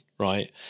Right